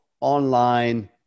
online